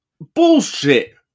Bullshit